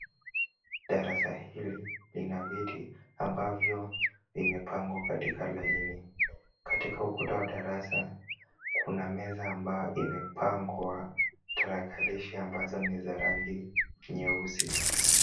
Darasa hili lina viti ambavyo vimepangwa katika laini. Katika ukuta wa darasa, kuna meza ambayo imepangwa tarakilishi ambazo ni za rangi nyeusi.